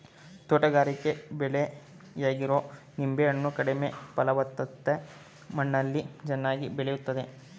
ತೋಟಗಾರಿಕೆ ಬೆಳೆಯಾಗಿರೊ ನಿಂಬೆ ಹಣ್ಣು ಕಡಿಮೆ ಫಲವತ್ತತೆ ಮಣ್ಣಲ್ಲಿ ಚೆನ್ನಾಗಿ ಬೆಳಿತದೆ